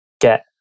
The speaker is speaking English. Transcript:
get